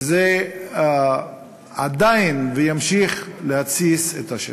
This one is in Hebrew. וזה עדיין ימשיך להתסיס את השטח.